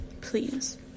Please